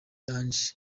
ange